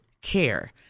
care